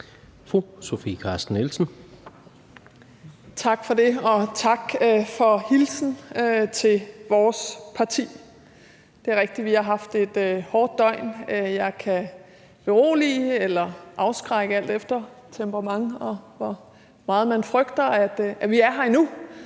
Tak for det. Og tak for hilsenen til vores parti. Det er rigtigt, at vi har haft et hårdt døgn, men jeg kan berolige eller afskrække med – alt efter temperament, og hvor meget man frygter det – at vi er her endnu,